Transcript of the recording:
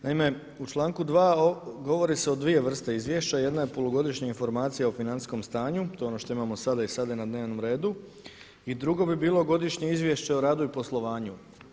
Naime, u članku 2. govori se o dvije vrste izvješća, jedno je polugodišnja informacija o financijskom stanju to je ono što imamo sada i sada je na dnevnom redu i drugo bi bilo godišnje izvješće o radu i poslovanju.